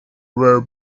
rear